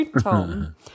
Tom